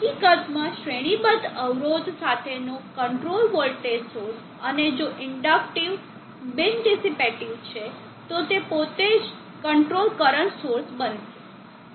હકીકતમાં શ્રેણીબદ્ધ અવરોધ સાથેનો કંટ્રોલ વોલ્ટેજ સોર્સ અને જો ઇન્ડક્ટીવ બિન ડિસેપ્ટીવ છે તો તે પોતે જ કંટ્રોલ કરંટ સોર્સ બનાવશે